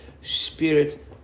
Spirit